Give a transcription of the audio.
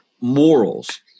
morals